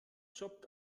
jobbt